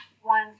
one